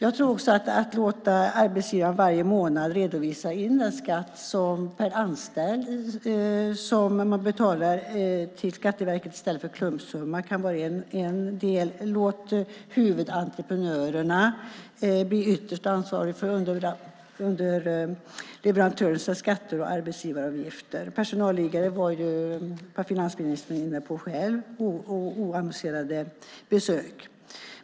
Att låta arbetsgivaren varje månad redovisa in till Skatteverket den skatt man betalar per anställd i stället för en klumpsumma kan vara en sak. En annan kan vara att låta huvudentreprenörerna bli ytterst ansvariga för underleverantörernas skatter och arbetsgivaravgifter. Finansministern var själv inne på personalliggare och oannonserade besök.